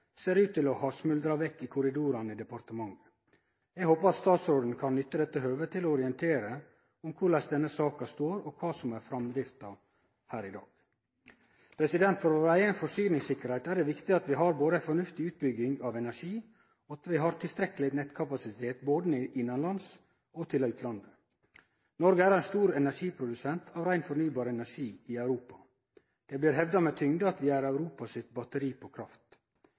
ser ut til å ha smuldra vekk i korridorane i departementet. Eg håpar at statsråden kan nytte dette høvet til å orientere om kor denne saka står, og kva som er framdrifta i dag. For vår eiga forsyningssikkerheit er det viktig at vi har både ei fornuftig utbygging av energi og tilstrekkeleg nettkapasitet både innanlands og til utlandet. Noreg er ein stor energiprodusent av rein fornybar energi i Europa. Det blir hevda med tyngde at vi er Europa sitt batteri når det gjeld kraft.